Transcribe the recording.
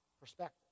perspective